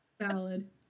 Valid